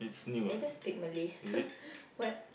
did I just speak Malay what